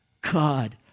God